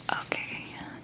Okay